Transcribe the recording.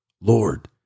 Lord